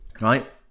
Right